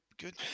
good